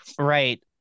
right